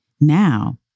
now